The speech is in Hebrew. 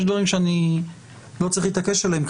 יש דברים שאני לא צריך להתעקש עליהם,